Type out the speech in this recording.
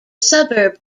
suburb